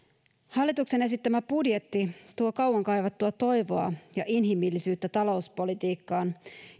hallituksen esittämä budjetti tuo kauan kaivattua toivoa ja inhimillisyyttä talouspolitiikkaan